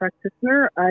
practitioner